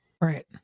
Right